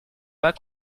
pas